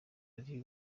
ari